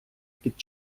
під